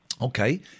Okay